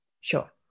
Sure